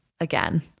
again